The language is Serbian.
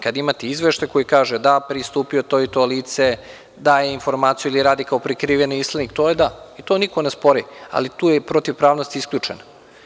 Kad imate izveštaj koji kaže – da, pristupio to i to lice, daje informaciju ili radi kao prikriveni islednik, to je da i to niko ne spori, ali tu je protivpravnost isključena.